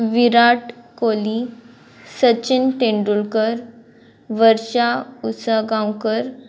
Virat Kohli Sachin Tendulkar Varsha Usgaonkar